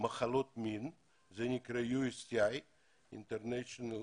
מחלות מין שיש במדינות